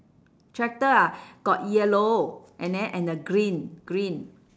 tractor ah got yellow and then and the green green